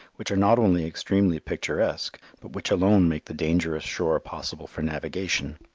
which are not only extremely picturesque, but which alone make the dangerous shore possible for navigation.